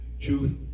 Truth